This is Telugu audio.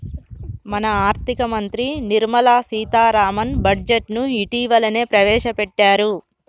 మన ఆర్థిక మంత్రి నిర్మల సీతారామన్ బడ్జెట్ను ఇటీవలనే ప్రవేశపెట్టారు